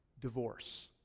divorce